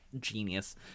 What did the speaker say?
genius